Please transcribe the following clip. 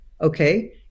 Okay